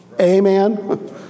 Amen